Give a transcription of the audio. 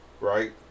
right